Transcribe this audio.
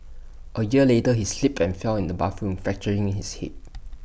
A year later he slipped and fell in the bathroom fracturing his hip